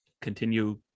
continue